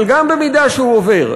אבל גם במידה שהוא עובר,